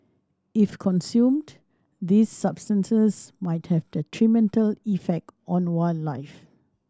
if consumed these substances might have detrimental effect on wildlife